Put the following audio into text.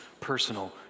personal